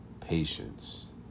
patience